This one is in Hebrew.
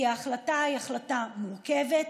כי ההחלטה היא החלטה מורכבת,